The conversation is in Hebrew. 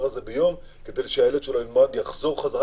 הזה ביום כדי שהילד שלו ילמד ויחזור בחזרה,